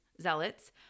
zealots